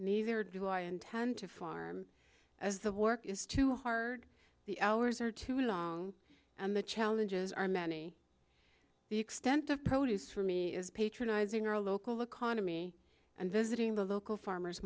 neither do i intend to farm as the work is too hard the hours are too long and the challenges are many the extent of produce for me is patronizing our local economy and visiting the local farmer